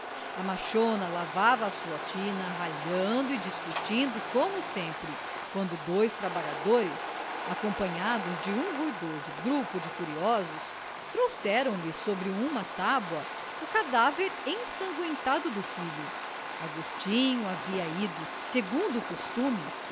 a machona lavava à sua tina ralhando e discutindo como sempre quando dois trabalhadores acompanhados de um ruidoso grupo de curiosos trouxeram lhe sobre uma tábua o cadáver ensangüentado do filho agostinho havia ido segundo o costume